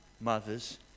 mothers